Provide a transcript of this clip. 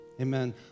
Amen